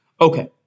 Okay